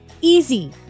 easy